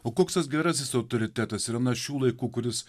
o koks tas gerasis autoritetas yra na šių laikų kuris